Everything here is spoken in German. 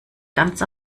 ganz